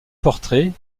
portraits